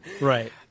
Right